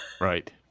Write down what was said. Right